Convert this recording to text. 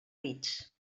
bits